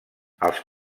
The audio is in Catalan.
els